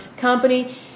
company